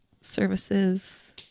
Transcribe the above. services